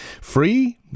Free